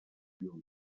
führen